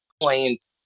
points